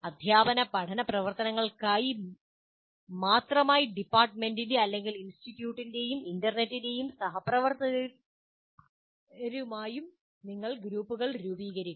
അദ്ധ്യാപന പഠന പ്രവർത്തനങ്ങൾക്കായി മാത്രമായി ഡിപ്പാർട്ട്മെന്റിന്റെ ഇൻസ്റ്റിറ്റ്യൂട്ടിന്റെയും ഇൻറർനെറ്റിന്റെയും സഹപ്രവർത്തകരുമായി നിങ്ങൾ ഗ്രൂപ്പുകൾ രൂപീകരിക്കുന്നു